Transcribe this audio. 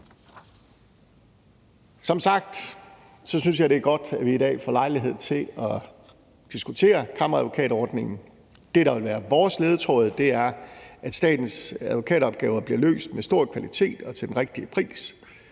Som sagt synes jeg, det er godt, at vi i dag får lejlighed til at diskutere kammeradvokatordningen. Det, der vil være vores ledetråd, er, at statens advokatopgaver bliver løst med høj kvalitet og til den rigtige pris,